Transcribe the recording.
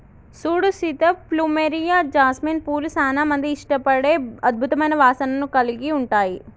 సూడు Sita plumeria, jasmine పూలు సానా మంది ఇష్టపడే అద్భుతమైన వాసనను కలిగి ఉంటాయి